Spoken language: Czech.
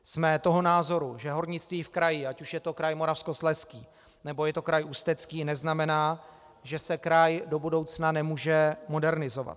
Jsme toho názoru, že hornictví v kraji, ať už je to kraj Moravskoslezský, nebo Ústecký, neznamená, že se kraj do budoucna nemůže modernizovat.